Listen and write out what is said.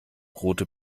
rote